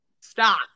Stop